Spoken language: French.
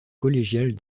collégiale